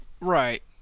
Right